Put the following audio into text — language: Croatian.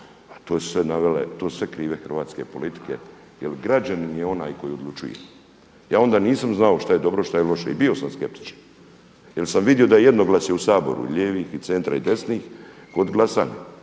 To su sve krive hrvatske politike jer građanin je onaj koji odlučuje. Ja onda nisam znao šta je dobro a šta je loše i bio sam skeptičan jer sam vidio da je jednoglasje u Saboru, lijevih i centra i desnih kod glasanja.